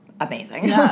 amazing